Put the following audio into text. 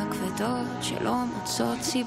אני מתכבדת להודיעכם,